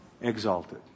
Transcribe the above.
exalted